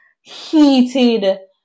heated